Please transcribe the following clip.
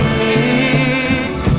meet